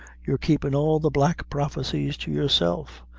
you're keepin' all the black prophecies to yourself.